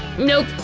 nope,